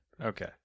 Okay